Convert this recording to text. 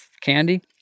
candy